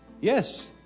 Yes